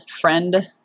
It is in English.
friend